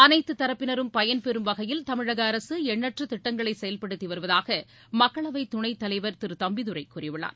அனைத்து தரப்பினரும் பயன்பெறும் வகையில் தமிழக அரசு எண்ணற்ற திட்டங்களை செயல்படுத்தி வருவதாக மக்களவைத் துணைத்தலைவர் திரு தம்பிதுரை கூறியுள்ளார்